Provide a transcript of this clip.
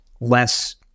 Less